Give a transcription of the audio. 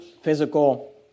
physical